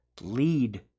lead